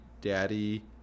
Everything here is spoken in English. Daddy